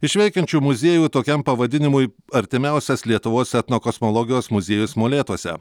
iš veikiančių muziejų tokiam pavadinimui artimiausias lietuvos etnokosmologijos muziejus molėtuose